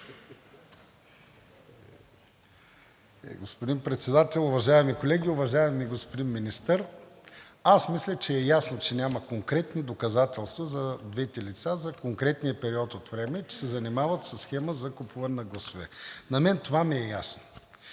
Господин Председател, уважаеми колеги! Уважаеми господин Министър, мисля, че е ясно, че няма конкретни доказателства за двете лица за конкретния период от време, че се занимават със схема за купуване на гласове. На мен това ми е ясно.